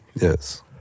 Yes